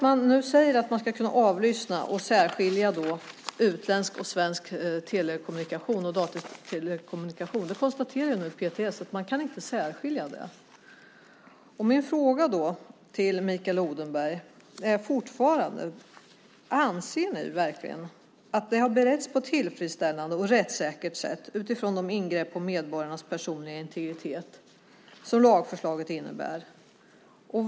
Man ska kunna avlyssna och särskilja utländsk och svensk tele och datakommunikation, sägs det. PTS konstaterar att man inte kan särskilja det. Min fråga till Mikael Odenberg är fortfarande: Anser ni verkligen att det har beretts på ett tillfredsställande och rättssäkert sätt utifrån de ingrepp på medborgarnas personliga integritet som lagförslaget innebär?